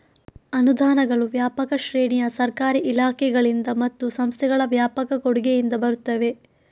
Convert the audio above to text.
ಅನುದಾನಗಳು ವ್ಯಾಪಕ ಶ್ರೇಣಿಯ ಸರ್ಕಾರಿ ಇಲಾಖೆಗಳಿಂದ ಮತ್ತು ಸಂಸ್ಥೆಗಳ ವ್ಯಾಪಕ ಕೊಡುಗೆಯಿಂದ ಬರುತ್ತವೆ